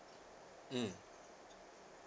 mm